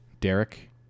Derek